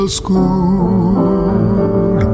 school